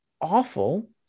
awful